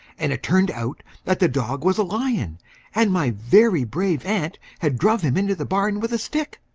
and it turned out that the dog was a lion and my very brave aunt had druv him into the barn with a stick.